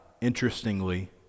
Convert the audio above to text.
Interestingly